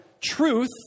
truth